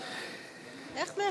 איך 163?